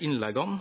innleggene.